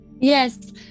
Yes